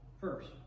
First